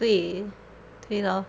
对对 lor